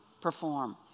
perform